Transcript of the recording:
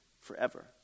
forever